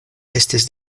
estis